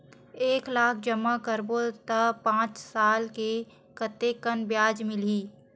एक लाख जमा करबो त पांच साल म कतेकन ब्याज मिलही?